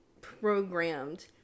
programmed